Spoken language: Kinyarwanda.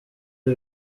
ibi